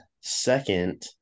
second